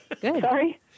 Sorry